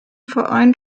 verein